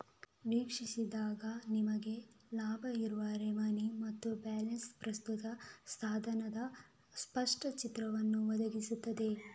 ವೀಕ್ಷಿಸಿದಾಗ ನಮಿಗೆ ಲಭ್ಯ ಇರುವ ಠೇವಣಿ ಮತ್ತೆ ಬ್ಯಾಲೆನ್ಸಿನ ಪ್ರಸ್ತುತ ಸ್ಥಾನದ ಸ್ಪಷ್ಟ ಚಿತ್ರಣವನ್ನ ಒದಗಿಸ್ತದೆ